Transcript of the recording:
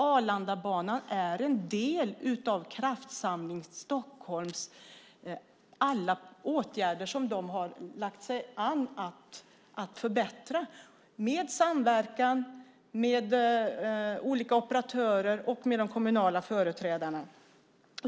Arlandabanan är en del av alla åtgärder som Kraftsamling Stockholm har tagit sig an att förbättra genom samverkan, olika operatörer och de kommunala företrädarna.